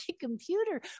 computer